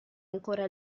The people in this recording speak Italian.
ancora